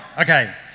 Okay